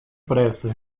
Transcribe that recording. pressa